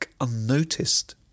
unnoticed